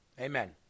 Amen